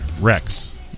Rex